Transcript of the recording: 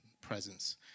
presence